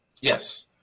Yes